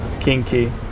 kinky